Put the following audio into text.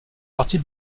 partie